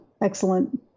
excellent